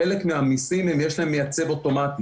לחלק מהמיסים יש מייצב אוטומטי.